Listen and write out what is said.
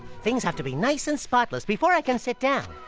things have to be nice and spotless before i can sit down.